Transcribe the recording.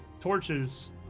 torches